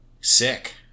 sick